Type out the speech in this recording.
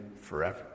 forever